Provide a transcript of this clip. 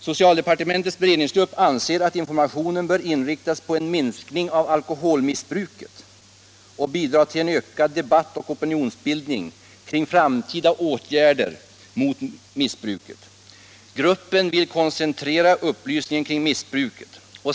Socialdepartementets beredningsgrupp anser att informationen bör inriktas på en minskning av alkoholmissbruket och bidra till en ökad debatt och opinionsbildning kring framtida åtgärder mot missbruket. Gruppen vill koncentrera upplysningen kring missbruket.